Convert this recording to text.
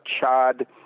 Chad